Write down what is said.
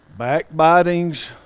Backbitings